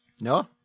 no